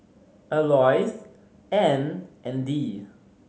Alois Anne and Dee